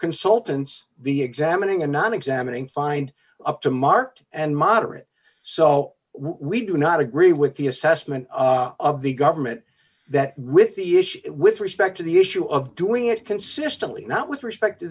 consultants the examining and non examining find up to mark and moderate so we do not agree with the assessment of the government that with the issue with respect to the issue of doing it consistently not with respect to